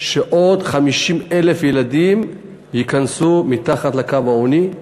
שעוד 50,000 ילדים ייכנסו מתחת לקו העוני,